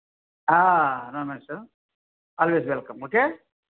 no mention always welcome okay